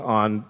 on